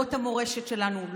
לא את המורשת שלנו,